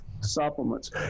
supplements